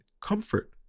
comfort